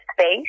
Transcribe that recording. space